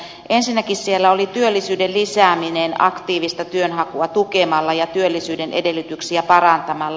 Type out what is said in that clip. ensinnäkin siellä oli työllisyyden lisääminen aktiivista työnhakua tukemalla ja työllisyyden edellytyksiä parantamalla